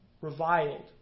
reviled